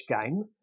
game